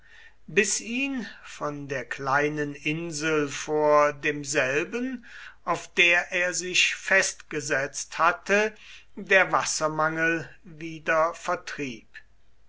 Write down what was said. bis ihn von der kleinen insel vor demselben auf der er sich festgesetzt hatte der wassermangel wieder vertrieb